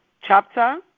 chapter